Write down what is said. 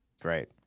great